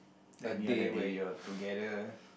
a day where you are together